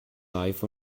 life